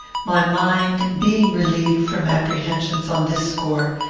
my mind, being relieved from apprehensions on this score,